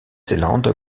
zélande